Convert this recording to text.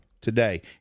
today